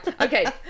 okay